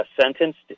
sentenced